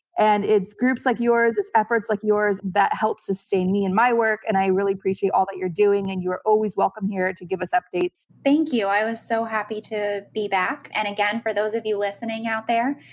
and it's groups like yours, it's efforts like yours, that help sustain me in my work, and i really appreciate all that you're doing, and you're always welcome here to give us updates. thank you. i was so happy to be back. and again, for those of you listening out there,